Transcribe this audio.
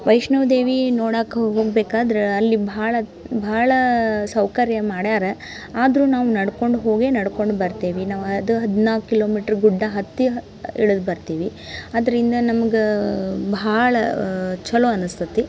ವೈಷ್ಣೋದೇವಿ ನೋಡಕ್ಕ ಹೋಗ್ಬೇಕಾದ್ರೆ ಅಲ್ಲಿ ಭಾಳ ಭಾಳ ಸೌಕರ್ಯ ಮಾಡ್ಯಾರೆ ಆದರೂ ನಾವು ನಡ್ಕೊಂಡು ಹೋಗಿ ನಡ್ಕೊಂಡು ಬರ್ತೀವಿ ನಾವು ಅದು ಹದಿನಾಲ್ಕು ಕಿಲೋಮೀಟ್ರ್ ಗುಡ್ಡ ಹತ್ತಿ ಇಳದು ಬರ್ತೀವಿ ಅದರಿಂದ ನಮ್ಗೆ ಭಾಳ ಚಲೋ ಅನಿಸ್ತತ್ತಿ